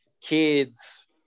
kids